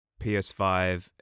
PS5